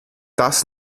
das